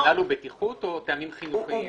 הרציונל הוא בטיחות או טעמים חינוכיים?